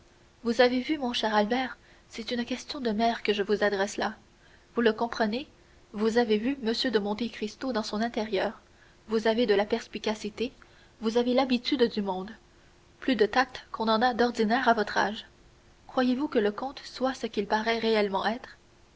vous avez vu mon cher albert c'est une question de mère que je vous adresse là vous le comprenez vous avez vu m de monte cristo dans son intérieur vous avez de la perspicacité vous avez l'habitude du monde plus de tact qu'on n'en a d'ordinaire à votre âge croyez-vous que le comte soit ce qu'il paraît réellement